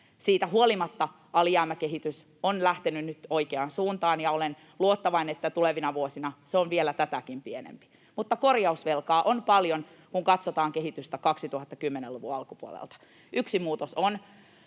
Siitä huolimatta alijäämäkehitys on lähtenyt nyt oikeaan suuntaan, ja olen luottavainen, että tulevina vuosina se on vielä tätäkin pienempi. Mutta korjausvelkaa on paljon, kun katsotaan kehitystä 2010-luvun alkupuolelta. Yksi muutos on